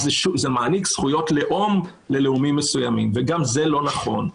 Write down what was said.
זה מעניק זכויות לאום ללאומים מסוימים וגם זה לא נכון.